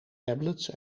tablets